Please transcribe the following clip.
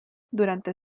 durante